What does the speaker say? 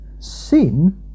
sin